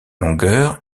longueur